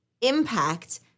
impact